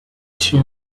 two